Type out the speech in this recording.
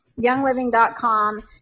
Youngliving.com